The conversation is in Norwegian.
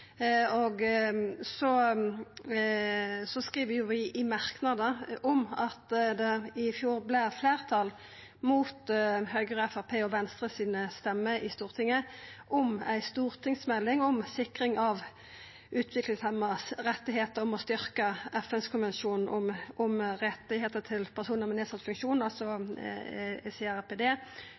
Vi skriv i ein merknad at det i fjor vart fleirtal – mot Høgre, Framstegspartiet og Venstre sine røyster – i Stortinget for ei stortingsmelding om sikring av utviklingshemmas rettar, å sikra at FN-konvensjonen om rettane til personar med nedsett funksjon, CRPD, fullt ut skal gjennomførast på